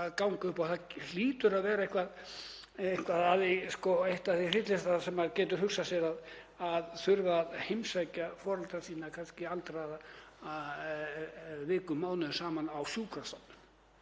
að ganga upp. Það hlýtur að vera eitt það hryllilegasta sem maður getur hugsað sér að þurfa að heimsækja foreldra sína, kannski aldraða, vikum, mánuðum saman á sjúkrastofnun.